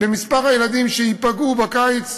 במספר הילדים שייפגעו בקיץ.